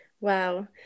Wow